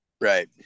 Right